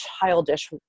childish